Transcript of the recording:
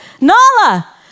Nala